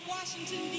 Washington